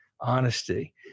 honesty